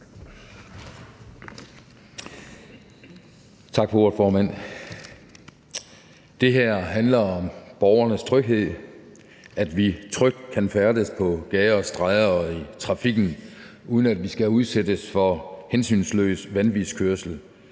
Det her handler om borgernes tryghed – at vi trygt kan færdes på gader og stræder og i trafikken, uden at vi skal udsættes for hensynsløs vanvidskørsel,